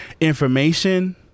information